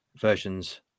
versions